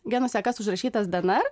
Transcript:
genų sekas užrašytas dnr